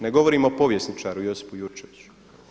Ne govorim o povjesničaru Josipu Jurčeviću.